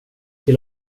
till